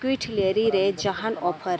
ᱠᱟᱴᱞᱟᱨᱤ ᱨᱮ ᱡᱟᱦᱟᱱ ᱚᱯᱷᱟᱨ